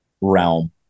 realm